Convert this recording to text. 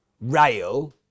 rail